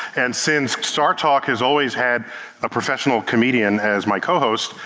and since startalk has always had a professional comedian as my co-host,